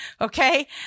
Okay